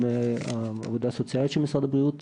עם העבודה הסוציאלית של משרד הבריאות,